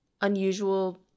unusual